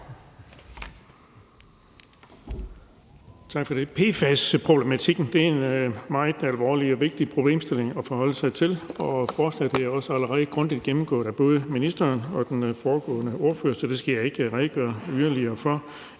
Tak for det. PFAS-problematikken er en meget alvorlig og vigtig problemstilling at forholde sig til. Forslaget er allerede blevet grundigt gennemgået af både ministeren og den foregående ordfører, så jeg skal ikke redegøre yderligere for